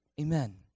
Amen